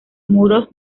muros